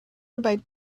about